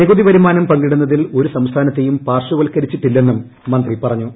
നികുതി വരുമാനം പങ്കിടുന്നതിൽ ഒരു സംസ്ഥാനത്തെയും പാർശ്വത്കരിച്ചിട്ടില്ലെന്നും മന്ത്രി പറഞ്ഞു